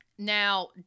now